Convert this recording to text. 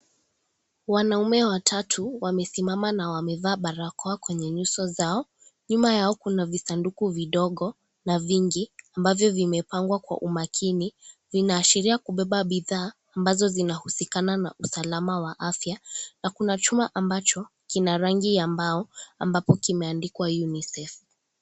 Wanaume watatu wamesimama na wamevaa barakoa kwenye nyuso zao, nyuma yao kuna visanduku vidogo na vingi ambavyo vimepangwa kwa umakini vina ashiria kubeba bidhaa ambazo zinahusikana na usalama wa afya na kuna chuma ambacho kina rangi ya mbao ambapo kimeandikwa UNICEF.